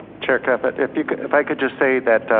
chair caput, if you could, if i could just say that, that,